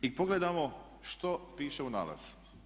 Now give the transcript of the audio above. I pogledajmo što piše u nalazu.